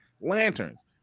Lanterns